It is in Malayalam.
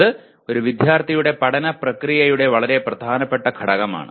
അത് ഒരു വിദ്യാർത്ഥിയുടെ പഠന പ്രക്രിയയുടെ വളരെ പ്രധാനപ്പെട്ട ഘടകമാണ്